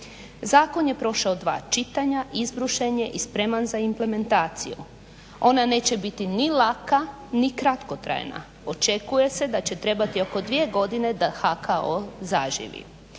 Zakon je prošao dva čitanja, izbrušen je i spreman za implementaciju. Ona neće biti ni laka ni kratkotrajna, očekuje se da će trebati oko 2 godine da HKO zaživi.